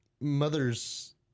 mothers